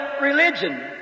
religion